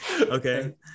Okay